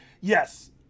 Yes